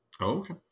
Okay